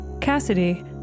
Cassidy